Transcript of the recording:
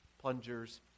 plungers